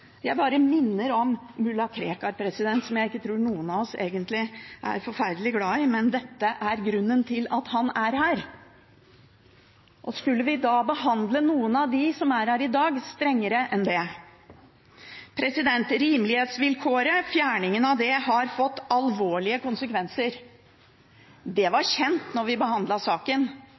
Krekar, som jeg ikke tror noen av oss egentlig er forferdelig glad i, men dette er grunnen til at han er her. Og skal vi behandle noen av dem som er her i dag, strengere enn det? Fjerningen av rimelighetsvilkåret har fått alvorlige konsekvenser. Det var kjent da vi behandlet saken.